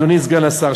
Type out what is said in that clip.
אדוני סגן השר,